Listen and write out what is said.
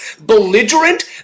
Belligerent